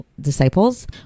disciples